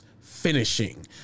finishing